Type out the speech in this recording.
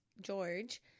George